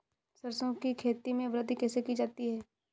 सरसो की खेती में वृद्धि कैसे की जाती है?